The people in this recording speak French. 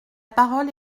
parole